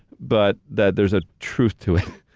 but that there's a truth to it,